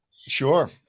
Sure